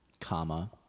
comma